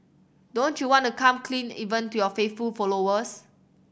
don't you want to come clean even to your faithful followers